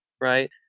right